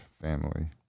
family